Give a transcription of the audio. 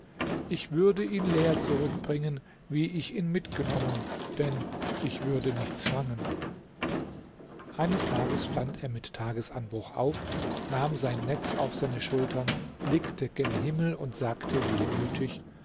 ich würde ihn leer zurückbringen wie ich ihn mitgenommen denn ich würde nichts fangen eines tages stand er mit tagesanbruch auf nahm sein netz auf seine schultern blickte gen himmel und sagte wehmütig